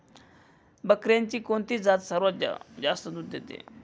बकऱ्यांची कोणती जात सर्वात जास्त दूध देते?